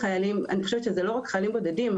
אני חושבת שזה לא רק חיילים בודדים,